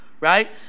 right